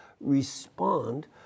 respond